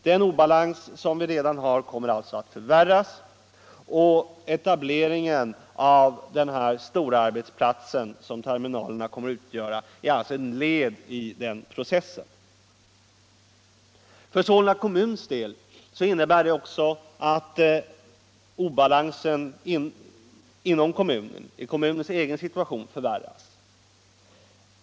Den obalans som vi redan har kommer alltså att förvärras, och etableringen av den storarbetsplats som terminalerna kommer att utgöra är alltså ett led i den processen. För Solna kommuns del innebär det också att obalansen inom kommunen, dvs. kommunens egen situation, förvärras.